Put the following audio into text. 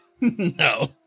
No